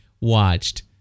watched